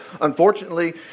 unfortunately